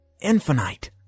Infinite